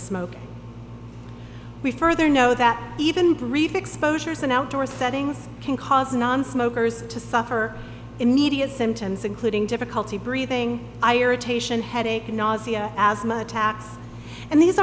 smoke we further know that even brief exposures and outdoor settings can cause nonsmokers to suffer immediate symptoms including difficulty breathing ira taishan headache nausea asthma attacks and these